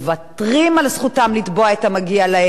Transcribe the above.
המגיע להם כי אין להם כסף לעורך-דין.